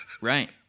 right